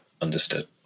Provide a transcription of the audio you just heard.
understood